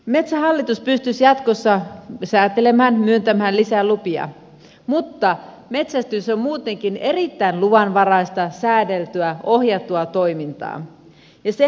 metsähallitus pystyisi jatkossa säätelemään myöntämään lisälupia mutta metsästys on muutenkin erittäin luvanvaraista säädeltyä ohjattua toimintaa